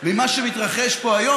ממה שמתרחש פה היום,